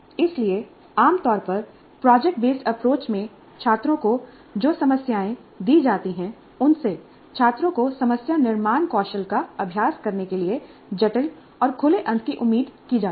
इसलिए आम तौर पर प्रोजेक्ट बेस्ड अप्रोच में छात्रों को जो समस्याएं दी जाती हैं उनसे छात्रों को समस्या निर्माण कौशल का अभ्यास करने के लिए जटिल और खुले अंत की उम्मीद की जाती है